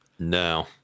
No